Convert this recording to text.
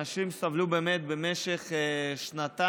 אנשים סבלו באמת במשך שנתיים.